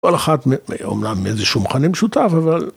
כל אחת מ... אומנם איזשהו מחנה משותף אבל